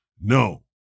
No